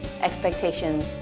expectations